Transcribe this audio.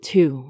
Two